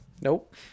Nope